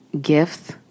gifts